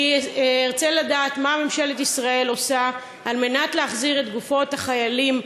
אני ארצה לדעת מה ממשלת ישראל עושה להחזיר את גופות החיילים,